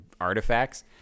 artifacts